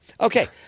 Okay